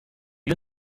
you